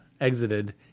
exited